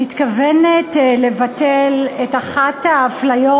מתכוונת לבטל את אחת האפליות,